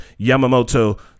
Yamamoto